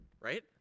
right